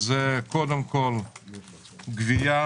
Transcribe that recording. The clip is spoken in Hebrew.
זה קודם כל גבייה.